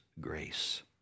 grace